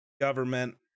government